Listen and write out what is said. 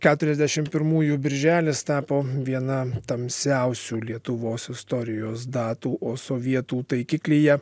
keturiasdešim pirmųjų birželis tapo viena tamsiausių lietuvos istorijos datų o sovietų taikiklyje